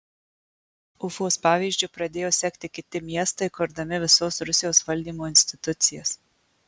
ufos pavyzdžiu pradėjo sekti kiti miestai kurdami visos rusijos valdymo institucijas